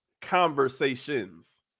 conversations